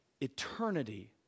eternity